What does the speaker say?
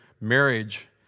marriage